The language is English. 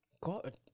God